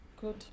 good